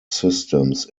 systems